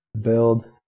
build